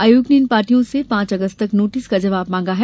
आयोग ने इन पार्टियों से पांच अगस्त तक नोटिस का जवाब मांगा है